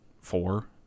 four